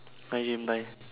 I didn't buy